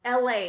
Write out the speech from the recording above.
LA